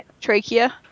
trachea